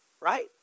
right